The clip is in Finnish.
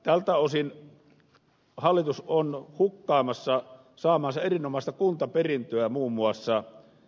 tältä osin hallitus on hukkaamassa saamaansa erinomaista kultaperintöä muun muassa